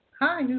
Hi